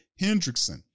Hendrickson